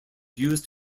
used